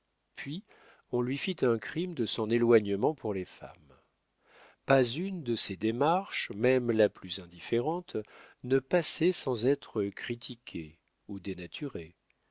puis on lui fit un crime de son éloignement pour les femmes pas une de ses démarches même la plus indifférente ne passait sans être critiquée ou dénaturée